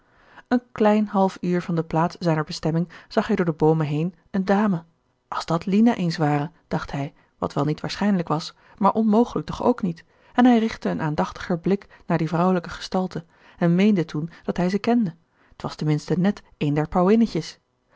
een klein half uur van de plaats zijner bestemming zag hij door de boomen heen een dame als dat lina eens ware dacht hij wat wel niet waarschijnlijk was maar onmogelijk toch ook niet en hij richte een aandachtiger blik naar die vrouwelijke gestalte en meende toen dat hij ze kende t was ten minste net een der